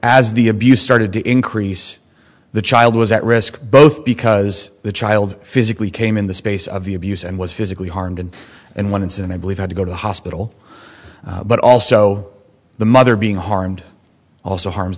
as the abuse started to increase the child was at risk both because the child physically came in the space of the abuse and was physically harmed and one incident i believe had to go to hospital but also the mother be the harmed also harms